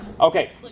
Okay